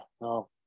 No